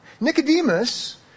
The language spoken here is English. Nicodemus